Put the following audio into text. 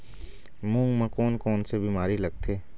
मूंग म कोन कोन से बीमारी लगथे?